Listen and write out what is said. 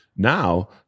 Now